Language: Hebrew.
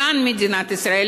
לאן מדינת ישראל,